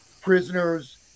prisoners